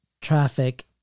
traffic